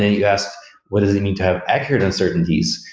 then you ask whether you need to have accurate uncertainties.